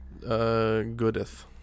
goodeth